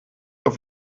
auf